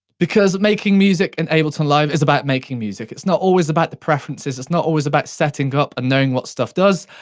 because making music in ableton live is about making music. it's not always about the preferences, it's not always about setting up, and knowing what stuff does.